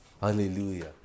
Hallelujah